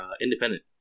independent